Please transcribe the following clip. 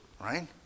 right